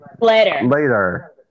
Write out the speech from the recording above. Later